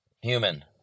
human